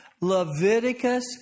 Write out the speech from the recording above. Leviticus